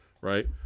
right